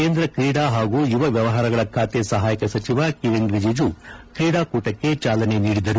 ಕೇಂದ್ರ ಕ್ರೀಡಾ ಹಾಗೂ ಯುವ ವ್ಯವಹಾರಗಳ ಖಾತೆ ಸಹಾಯಕ ಸಚಿವ ಕಿರಣ್ ರಿಜಿಜು ಕ್ರೀಡಾಕೂಟಕ್ಕೆ ಚಾಲನೆ ನೀಡಿದರು